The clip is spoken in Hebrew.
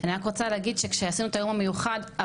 אני רק רוצה להגיד שכשהודענו על היום המיוחד הזה